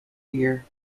year